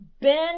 Ben